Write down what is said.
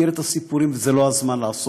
מכיר את הסיפורים, וזה לא הזמן לעסוק